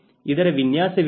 ಇದರ ವಿನ್ಯಾಸ ವೇನು